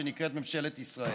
שנקראת ממשלת ישראל.